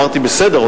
אמרתי: בסדר,